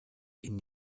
ihn